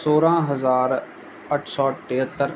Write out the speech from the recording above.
सोरहं हज़ार अठ सौ टेहतरि